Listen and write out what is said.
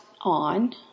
on